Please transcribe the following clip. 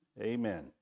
Amen